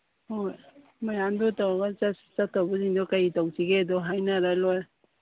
ꯍꯣꯏ ꯃꯌꯥꯝꯗꯣ ꯇꯧꯔꯒ ꯆꯠꯇꯧꯕꯁꯤꯡꯗꯣ ꯀꯔꯤ ꯇꯧꯁꯤꯒꯦꯗꯣ ꯍꯥꯏꯅꯔ ꯂꯣꯏꯔꯦ